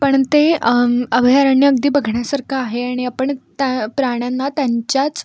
पण ते अभयारण्य अगदी बघण्यासारखं आहे आणि आपण त्या प्राण्यांना त्यांच्याच